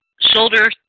shoulder